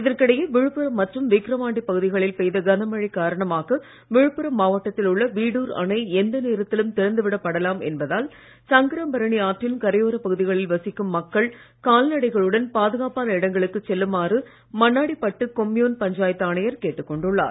இதற்கிடையே விழுப்புரம் மற்றும் விக்ரவாண்டி பகுதிகளில் பெய்த கனமழை காரணமாக விழுப்புரம் மாவட்டத்தில் உள்ள வீடுர் அணை எந்த நேரத்திலும் திறந்து விடப் படலாம் என்பதால் சங்கராபரணி ஆற்றின் கரையோரப் பகுதிகளில் வசிக்கும் மக்கள் கால்நடைகளுடன் பாதுகாப்பான இடங்களுக்கு செல்லுமாறு மண்ணாடிப்பட்டு கொம்யூன் பஞ்சாயத்து ஆணையர் கேட்டுக் கொண்டுள்ளார்